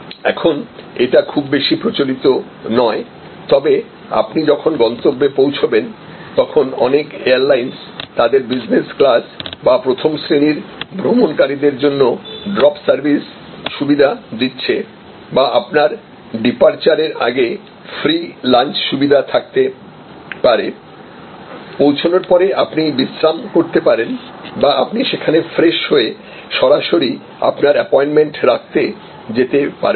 এখন এটা খুব বেশি প্রচলিত নয় তবে আপনি যখন গন্তব্যে পৌঁছবেন তখন অনেক এয়ারলাইন্স তাদের বিজনেস ক্লাস বা প্রথম শ্রেণির ভ্রমণকারীদের জন্য ড্রপ সার্ভিস সুবিধা দিচ্ছে বা আপনার ডিপারচার এর আগে ফ্রি লাঞ্চ সুবিধা থাকতে পারে পৌঁছানোর পরে আপনি বিশ্রাম করতে পারেন বা আপনি সেখানে ফ্রেশ হয়ে সরাসরি আপনার অ্যাপয়েন্টমেন্ট রাখতে যেতে পারবেন